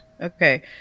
Okay